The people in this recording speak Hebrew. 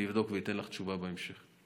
אני אבדוק ואתן לך תשובה בהמשך.